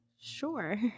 Sure